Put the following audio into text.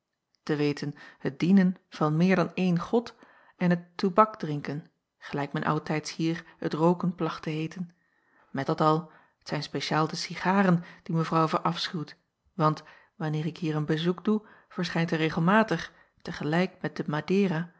t w het dienen van meer dan eenen od en het toeback drincken gelijk men oudtijds hier het rooken placht te heeten met dat al t zijn speciaal de cigaren die evrouw verafschuwt want wanneer ik hier een bezoek doe verschijnt er regelmatig te gelijk met de madera